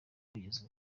kugeza